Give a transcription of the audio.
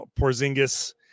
Porzingis